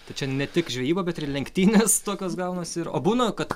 tai čia ne tik žvejyba bet ir lenktynės tokios gaunasi ir o būna kad